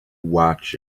watches